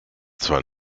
zwar